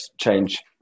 change